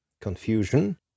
Confusion